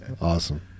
Awesome